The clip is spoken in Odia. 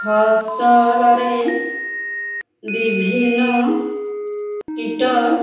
ଫସଲରେ ବିଭିନ୍ନ କୀଟ